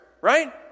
right